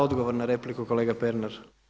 Odgovor na repliku kolega Pernar.